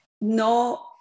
no